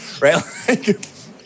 Right